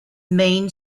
main